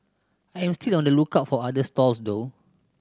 I am still on the lookout for other stalls though